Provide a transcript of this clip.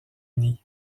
uni